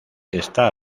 está